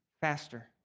faster